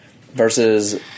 Versus